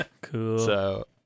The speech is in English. Cool